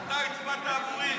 אתה הצבעת עבורי.